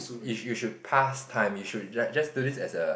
you you should pass time you should just just do this as a